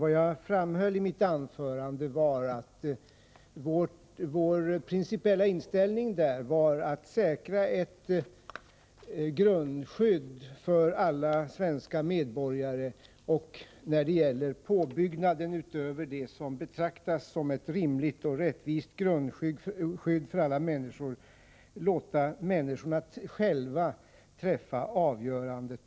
Vad jag framhöll i mitt anförande var att vår principiella inställning var att man skulle säkra ett grundskydd för alla svenska medborgare och att man när det gäller påbyggnaden utöver det som betraktas som ett rimligt och rättvist grundskydd för alla skulle låta människorna själva träffa avgörandet.